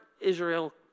Israel